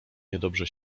niedobrze